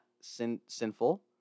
sinful